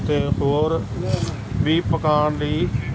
ਅਤੇ ਹੋਰ ਵੀ ਪਕਾਉਣ ਲਈ